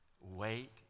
Wait